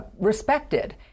respected